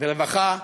ורווחה,